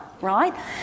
right